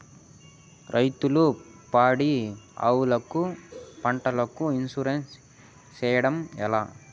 రైతులు పాడి ఆవులకు, పంటలకు, ఇన్సూరెన్సు సేయడం ఎట్లా?